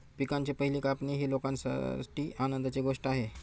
पिकांची पहिली कापणी ही लोकांसाठी आनंदाची गोष्ट आहे